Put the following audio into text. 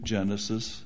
Genesis